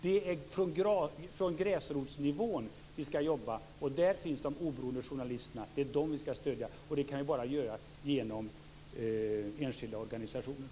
Det är på gräsrotsnivån som vi skall arbeta. Där finns de oberoende journalisterna, och det är dem som vi skall stödja. Det kan vi göra bara genom enskilda organisationer.